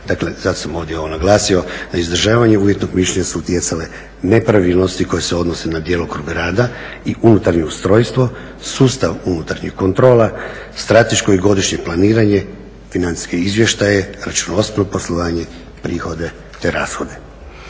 dakle zato sam ovdje ovo naglasio, na izražavanje uvjetnog mišljenja su utjecale nepravilnosti koje se odnose na djelokrug rada i unutarnje ustrojstvo, sustav unutarnje kontrole, strateško i godišnje planiranje, financijske izvještaje, računovodstveno poslovanje, prihode te rashode.